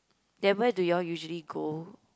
then where do you all usually go